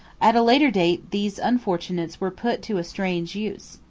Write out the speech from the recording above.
at a later date these unfortunates were put to a strange use.